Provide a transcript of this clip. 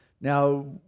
Now